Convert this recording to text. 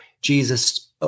Jesus